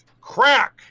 Crack